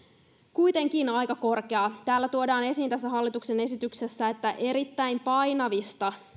kuitenkin aika korkea tässä hallituksen esityksessä tuodaan esiin että erittäin painavista